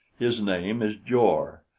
his name is jor,